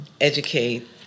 educate